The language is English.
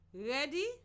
Ready